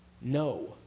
No